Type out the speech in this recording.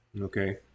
Okay